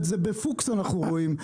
בפוקס אנחנו רואים אותן.